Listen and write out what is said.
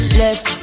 left